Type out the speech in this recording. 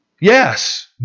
Yes